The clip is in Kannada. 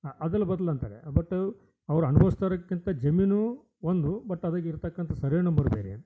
ಆ ಅದಲು ಬದಲು ಅಂತಾರೆ ಬಟ್ ಅವ್ರು ಅನ್ಬೋಸ್ತಿರಕ್ಕಂಥ ಜಮೀನೂ ಒಂದು ಬಟ್ ಅದ್ರಗ ಇರ್ತಕ್ಕಂಥ ಸರ್ವೆ ನಂಬರ್ ಬೇರೆ